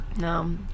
No